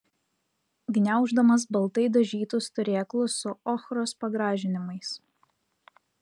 gniauždamas baltai dažytus turėklus su ochros pagražinimais